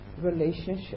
relationship